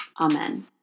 Amen